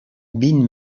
vint